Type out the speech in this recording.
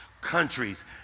countries